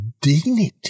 dignity